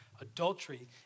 Adultery